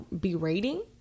berating